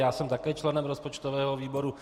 Já jsem také členem rozpočtového výboru.